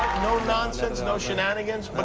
no nonsense, and no shenanigans? but